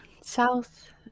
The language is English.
South